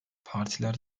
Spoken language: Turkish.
partiler